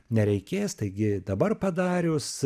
nereikės taigi dabar padarius